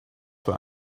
what